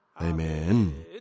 Amen